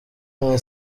none